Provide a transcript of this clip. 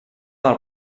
del